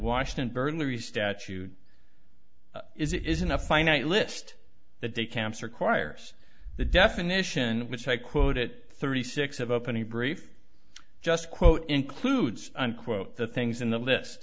washington burglary statute is it isn't a finite list that they camps requires the definition which i quote it thirty six of opening brief just quote includes unquote the things in the list